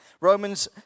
Romans